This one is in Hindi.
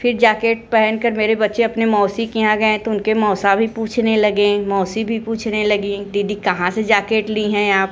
फिर जाकेट पहनकर मेरे बच्चे अपने मौसी के यहाँ गए तो उनके मौसा भी पूछने लगे मौसी भी पूछने लगीं दीदी कहाँ से जाकेट लीं हैं आप